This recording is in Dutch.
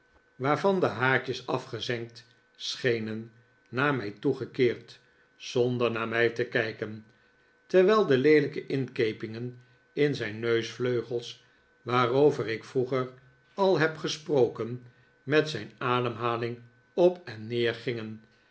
waarvan de haartjes afgezengd schenen naar mij toegekeerd zonder naar mij te kijken terwijl de leelijke inkepingen in zijn neusvleugels waarover ik vroeger al heb gesproken met zijn ademhaling open neergingen en een